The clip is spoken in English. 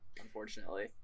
unfortunately